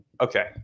Okay